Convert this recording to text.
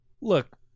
look